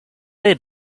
their